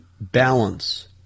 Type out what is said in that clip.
balance